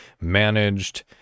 managed